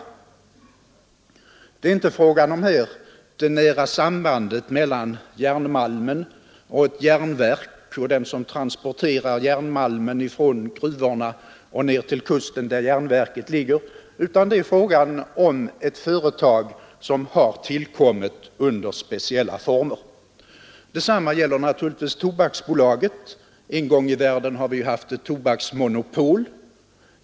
Det är här inte fråga om det nära sambandet mellan järnmalmen, ett järnverk och dem som transporterar malmen ner till kusten där järnverket ligger, utan det är fråga om ett företag som har tillkommit under speciella former. Detsamma gäller naturligtvis Tobaksbolaget. En gång i världen hade vi Statliga företag ett tobaksmonopol.